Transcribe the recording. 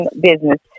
business